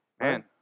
Man